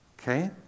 Okay